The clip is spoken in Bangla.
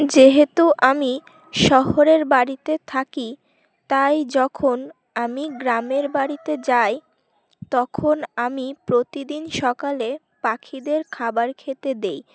যেহেতু আমি শহরের বাড়িতে থাকি তাই যখন আমি গ্রামের বাড়িতে যাই তখন আমি প্রতিদিন সকালে পাখিদের খাবার খেতে দেই